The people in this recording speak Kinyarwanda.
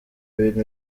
bintu